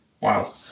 Wow